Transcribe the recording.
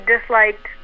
disliked